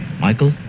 Michael